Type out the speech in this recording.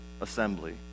assembly